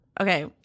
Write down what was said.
Okay